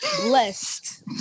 blessed